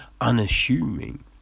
unassuming